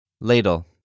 Ladle